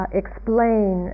explain